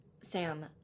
Sam